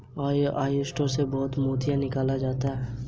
oyster से बहुत मोती निकाला जाता है